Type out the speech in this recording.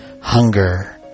hunger